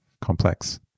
complex